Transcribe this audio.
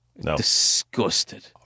disgusted